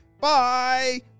Bye